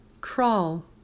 Crawl